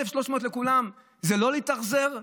1,300 לכולם, זה לא להתאכזר?